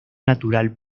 natural